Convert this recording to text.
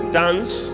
dance